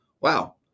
Wow